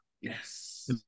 Yes